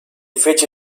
fece